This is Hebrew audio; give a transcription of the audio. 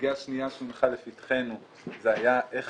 סוגיה שנייה שהונחה לפתחנו זה היה איך